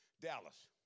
Dallas